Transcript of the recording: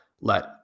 let